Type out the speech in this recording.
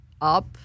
up